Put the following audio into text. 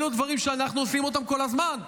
אלו דברים שאנחנו עושים אותם כל הזמן.